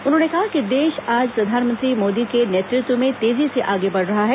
उन्होंने कहा कि देश आज प्रधानमंत्री मोदी के नेतृत्व में तेजी से आगे बढ़ रहा है